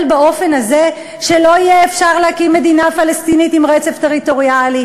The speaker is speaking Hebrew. באופן הזה שלא יהיה אפשר להקים מדינה פלסטינית עם רצף טריטוריאלי?